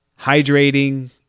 hydrating